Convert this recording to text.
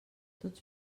tots